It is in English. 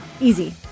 easy